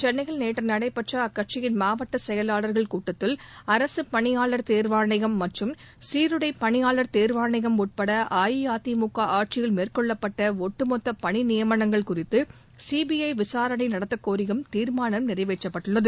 சென்னையில் நேற்று நடைபெற்ற அக்கட்சியின் மாவட்ட செயலாளர்கள் கூட்டத்தில் அரசுப் பணியாளர் தேர்வாணையம் மற்றும் சீருடை பணியாளர் தேர்வாணையம் உட்பட அஇஅதிமுக ஆட்சியில் மேற்கொள்ளப்பட்ட ஒட்டுமொத்த பணி நியமனங்கள் குறித்து சி பி ஐ விசாரணை நடத்தக் கோியும் தீர்மானம் நிறைவேற்றப்பட்டுள்ளது